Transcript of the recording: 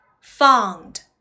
found